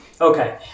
Okay